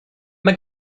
mae